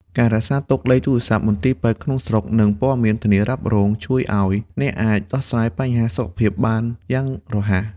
ការរក្សាទុកលេខទូរស័ព្ទមន្ទីរពេទ្យក្នុងស្រុក និងព័ត៌មានធានារ៉ាប់រង ជួយឱ្យអ្នកអាចដោះស្រាយបញ្ហាសុខភាពបានយ៉ាងរហ័ស។